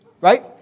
right